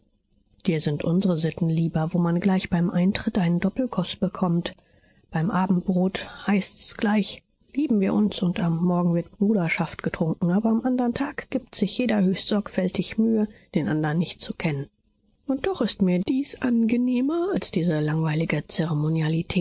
dir sind unsere sitten lieber wo man gleich beim eintritt einen doppelkuß bekommt beim abendbrot heißt's gleich lieben wir uns und am morgen wird bruderschaft getrunken aber am anderen tag gibt sich jeder höchst sorgfältig mühe den andern nicht zu kennen und doch ist mir dies angenehmer als diese langweilige